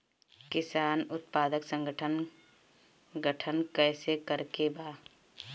किसान उत्पादक संगठन गठन कैसे करके बा?